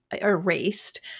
erased